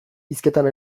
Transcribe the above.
hizketan